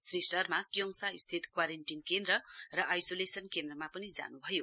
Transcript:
श्री शर्मा क्योङसा स्थित क्वारेन्टीन केन्द्र र आइसोलेशन केन्द्रमा पनि जानुभयो